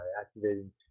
activating